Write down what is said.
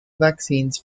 vaccines